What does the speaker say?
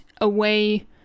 away